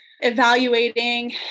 Evaluating